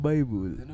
Bible